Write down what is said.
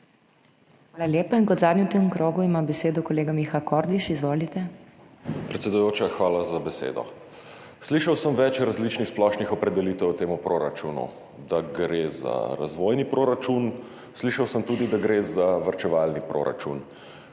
Hvala lepa. In kot zadnji v tem krogu ima besedo kolega Miha Kordiš. Izvolite. MIHA KORDIŠ (PS Levica): Predsedujoča, hvala za besedo. Slišal sem več različnih splošnih opredelitev o tem proračunu, da gre za razvojni proračun, slišal sem tudi, da gre za varčevalni proračun.